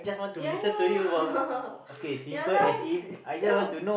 ya lah ya lah this no